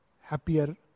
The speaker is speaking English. happier